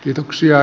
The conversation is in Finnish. kiitoksia